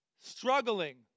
struggling